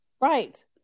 Right